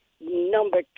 Number